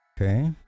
Okay